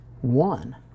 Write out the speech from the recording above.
one